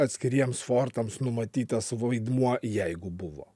atskiriems fortams numatytas vaidmuo jeigu buvo